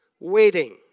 Waiting